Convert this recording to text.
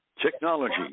technology